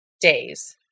days